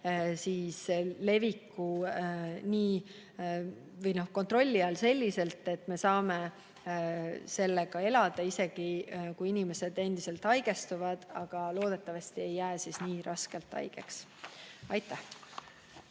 viiruse leviku kontrolli all selliselt, et saame sellega elada, isegi kui inimesed endiselt haigestuvad. Aga loodetavasti ei jääda enam nii raskelt haigeks. Aitäh!